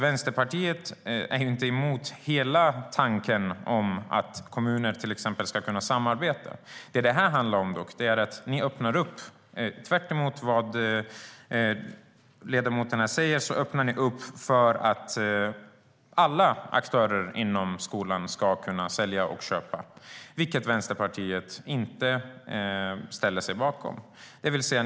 Vänsterpartiet är inte emot hela tanken om att kommuner till exempel ska kunna samarbeta. Vad det här handlar om är dock att ni, tvärtemot vad ledamoten här säger, öppnar för att alla aktörer inom skolan ska kunna sälja och köpa, vilket Vänsterpartiet inte ställer sig bakom.